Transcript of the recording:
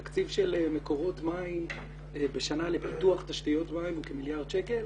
תקציב של מקורות מים בשנה לפיתוח תשתיות מים הוא כמיליארד שקלים.